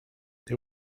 they